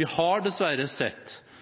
Vi har dessverre sett